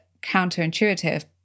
counterintuitive